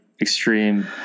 extreme